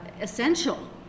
essential